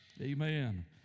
Amen